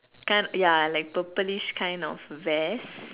kind of ya like purplish kind of vest